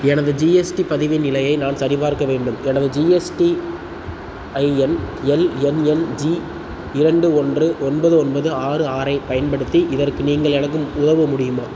எனது ஜிஎஸ்டி பதிவின் நிலையை நான் சரிபார்க்க வேண்டும் எனது GSTIN L N N G இரண்டு ஒன்று ஒன்பது ஒன்பது ஆறு ஆறு ஐப் பயன்படுத்தி இதற்கு நீங்கள் எனக்கும் உதவ முடியுமா